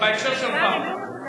בהקשר שלך.